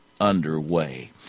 underway